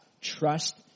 trust